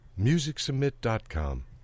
MusicSubmit.com